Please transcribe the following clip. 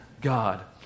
God